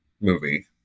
movie